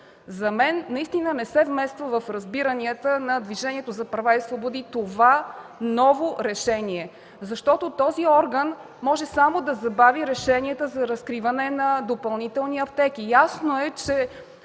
решение не се вмества в разбиранията на Движението за права и свободи. Защото този орган може само да забави решенията за разкриване на допълнителни аптеки. Ясно е, че